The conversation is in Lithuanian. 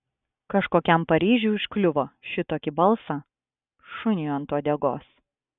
kažkokiam paryžiui užkliuvo šitokį balsą šuniui ant uodegos